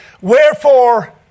wherefore